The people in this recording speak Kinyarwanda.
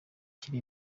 kiri